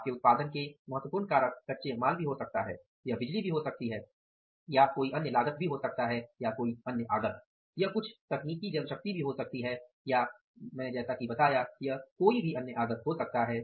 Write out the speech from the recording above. आपके उत्पादन के महत्वपूर्ण कारक कच्चे माल भी हो सकते हैं यह बिजली भी हो सकती है यह कोई अन्य आगत भी हो सकता है यह कुछ तकनीकी जनशक्ति भी हो सकती है